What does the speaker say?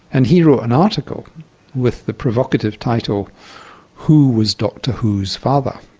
and he wrote an article with the provocative title who was doctor who's father?